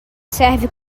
serve